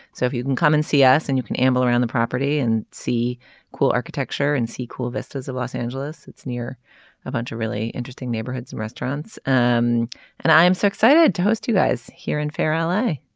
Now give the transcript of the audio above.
so if you can come and see us and you can amble around the property and see cool architecture and see cool vistas of los angeles it's near a bunch of really interesting neighborhoods and restaurants. um and i am so excited to host you guys here in fair l a.